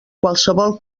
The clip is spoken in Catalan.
qualsevol